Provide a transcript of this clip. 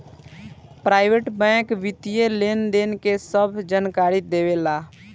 private bank वित्तीय लेनदेन के सभ जानकारी देवे ला